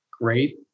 great